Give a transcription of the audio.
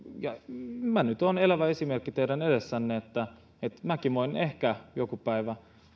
minä nyt olen elävä esimerkki teidän edessänne että että minäkin voin ehkä joku päivä